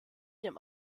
dem